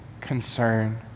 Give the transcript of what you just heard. concern